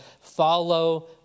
follow